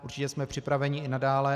Určitě jsme připraveni i nadále.